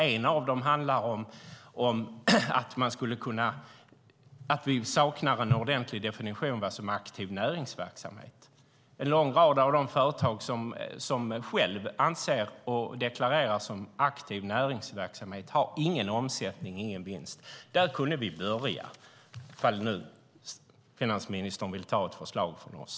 Ett av dem handlar om att vi saknar en ordentlig definition av vad som är aktiv näringsverksamhet. En lång rad av de företag som deklarerar för aktiv näringsverksamhet har ingen omsättning och ingen vinst. Där kunde vi börja, ifall finansministern vill ta ett förslag från oss.